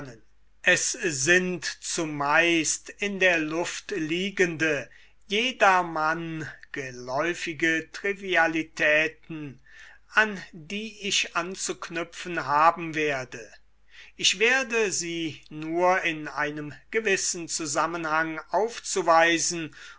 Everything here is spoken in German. es sind zumeist in der luft liegende jedermann geläufige trivialitäten an die ich anzuknüpfen haben werde ich werde sie nufl in einem gewissen zusammenhang aufzuweisen